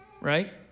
right